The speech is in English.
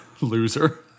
loser